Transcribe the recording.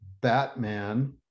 Batman